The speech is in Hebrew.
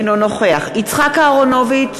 אינו נוכח יצחק אהרונוביץ,